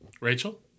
Rachel